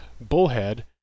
Bullhead